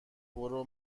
برو